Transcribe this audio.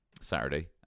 Saturday